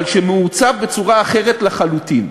אבל שמעוצב בצורה אחרת לחלוטין.